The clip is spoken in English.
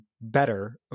better